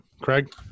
Craig